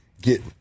get